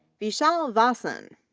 vishal vasan,